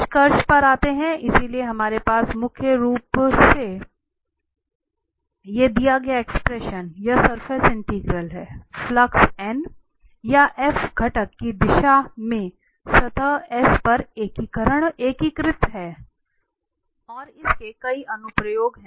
निष्कर्ष पर आते हैं इसलिए हमारे पास मुख्य रूप से यह सरफेस इंटीग्रल है फ्लक्स या घटक की दिशा में सतह S पर एकीकृत है और इसके कई अनुप्रयोग हैं